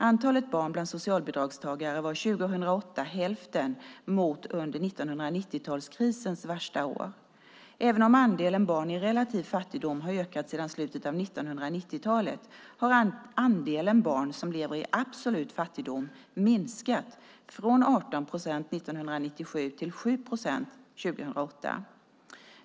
Antalet barn bland socialbidragstagarna var 2008 hälften mot under 1990-talskrisens värsta år. Även om andelen barn i relativ fattigdom har ökat sedan slutet av 1990-talet har andelen barn som lever i absolut fattigdom minskat, från 18 procent 1997 till 7 procent 2008.